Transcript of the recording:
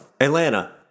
Atlanta